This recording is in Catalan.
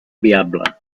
viable